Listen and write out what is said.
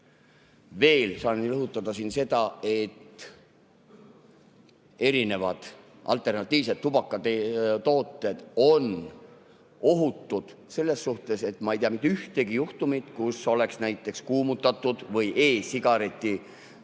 Veel saan rõhutada seda, et erinevad alternatiivsed tubakatooted on ohutud selles suhtes, et ma ei tea mitte ühtegi juhtumit, kus oleks näiteks [end] põletatud või e-sigareti